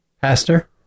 Pastor